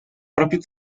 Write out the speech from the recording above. proprio